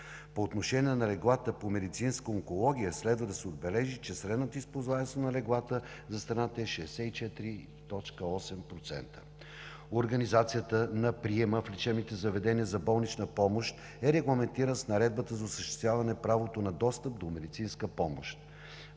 По отношение на леглата по медицинска онкология следва да се отбележи, че средната използваемост на леглата за страната е 64,8%. Организацията на приема в лечебните заведения за болнична помощ е регламентирана с Наредбата за осъществяване правото на достъп до медицинска помощ.